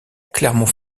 clermont